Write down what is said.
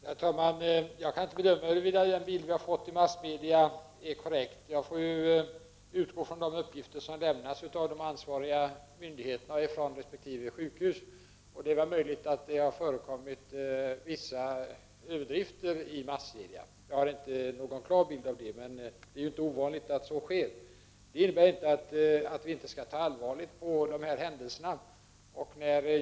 Herr talman! Jag kan inte bedöma huruvida den bild som vi har fått genom massmedia är korrekt eller inte. Jag får utgå från de uppgifter som lämnas av ansvariga myndigheter och från resp. sjukhus. Det är möjligt att det har förekommit vissa överdrifter i massmedia — jag har inte någon klar bild av hur det förhåller sig — men det är ju inte ovanligt att sådant förekommer. Det innebär dock inte att vi inte skall ta sådana här händelser på allvar.